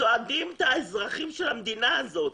הם סועדים את האזרחים של המדינה הזאת.